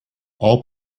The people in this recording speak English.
all